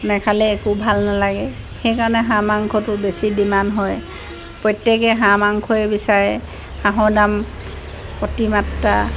নাখালে একো ভাল নালাগে সেইকাৰণে হাঁহ মাংসটো বেছি ডিমাণ্ড হয় প্ৰত্যেকেই হাঁহ মাংসই বিচাৰে হাঁহৰ দাম অতিমাত্ৰা